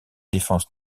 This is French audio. défense